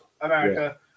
America